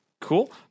cool